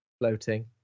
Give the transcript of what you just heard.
floating